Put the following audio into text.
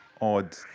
odd